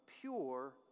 pure